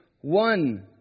one